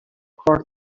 کارت